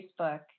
facebook